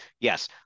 yes